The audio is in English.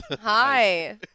Hi